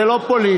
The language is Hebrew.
זה לא פוליטי.